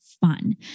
fun